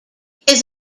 his